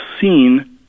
seen